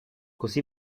così